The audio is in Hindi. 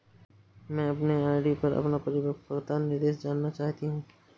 मैं अपने आर.डी पर अपना परिपक्वता निर्देश जानना चाहती हूँ